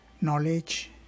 Knowledge